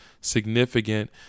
significant